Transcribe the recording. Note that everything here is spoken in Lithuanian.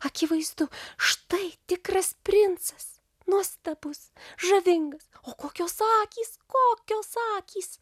akivaizdu štai tikras princas nuostabus žavingas o kokios akys kokios akys